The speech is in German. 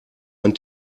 ein